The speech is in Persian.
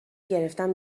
گرفتم